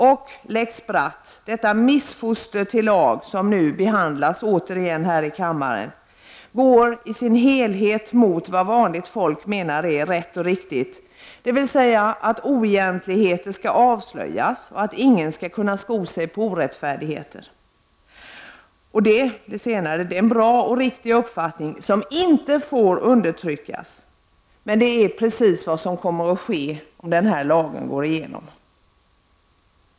Lex Bratt — detta missfoster till lag, som nu återigen behandlas i kammaren -— går i sin helhet emot vad vanligt folk menar är rätt och riktigt, dvs. att oegentligheter skall avslöjas och att ingen skall kunna sko sig på orättfärdigheter. Det är en bra och riktig uppfattning som inte får undertryckas. Men det är precis vad som kommer att ske om denna lag går igenom.